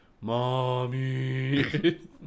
Mommy